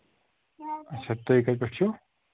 اَچھا تُہۍ کَتہِ پٮ۪ٹھ چھِو